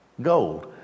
gold